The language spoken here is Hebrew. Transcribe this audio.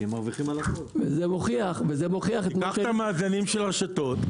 וזה מוכיח את --- תפתח את המאזנים של הרשתות.